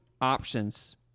options